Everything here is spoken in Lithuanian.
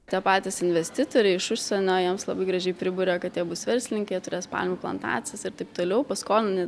tie patys investitoriai iš užsienio jiems labai gražiai priburia kad jie bus verslininkai jie turės palmių plantacijas ir taip toliau paskolina